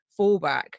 fallback